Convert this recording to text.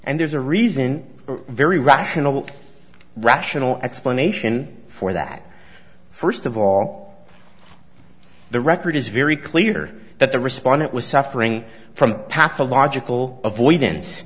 and there's a reason very rational rational explanation for that first of all the record is very clear that the respondent was suffering from pathological avoidance